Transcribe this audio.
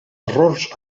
errors